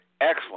excellent